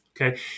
Okay